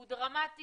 הוא דרמטי,